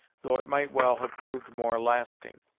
though it might well have proved more lasting.